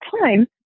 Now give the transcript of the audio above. time